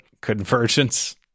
convergence